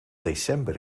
december